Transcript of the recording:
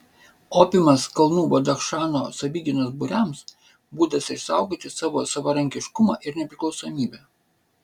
opiumas kalnų badachšano savigynos būriams būdas išsaugoti savo savarankiškumą ir nepriklausomybę